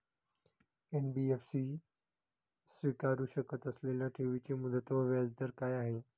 NBFC स्वीकारु शकत असलेल्या ठेवीची मुदत व व्याजदर काय आहे?